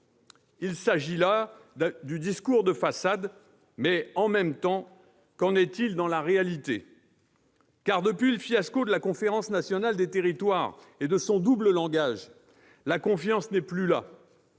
Il s'agit là du discours de façade, mais, « en même temps », qu'en est-il dans la réalité ? Depuis le fiasco de la Conférence nationale des territoires et de son double langage, la confiance n'est plus là